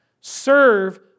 serve